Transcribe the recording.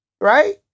right